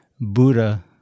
Buddha